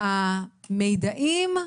המידעים,